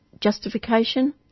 Justification